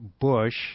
Bush